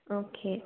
okay